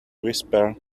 whisper